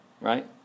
right